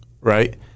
right